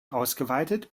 ausgeweitet